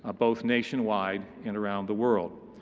ah both nationwide and around the world.